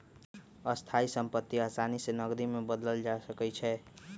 स्थाइ सम्पति असानी से नकदी में बदलल न जा सकइ छै